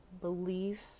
belief